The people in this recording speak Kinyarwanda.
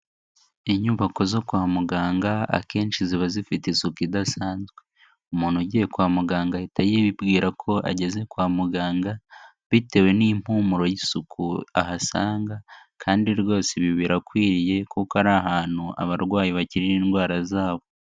Inyubako zo kwa muganga akenshi ziba zifite isuku idasanzwe. Umuntu ugiye kwa muganga ahita yibwira ko ageze kwa muganga, bitewe n'impumuro y'isuku ahasanga, kandi rwose ibi birakwiriye kuko ari ahantu abarwayi bakirira indwara zabo.